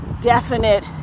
definite